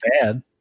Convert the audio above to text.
bad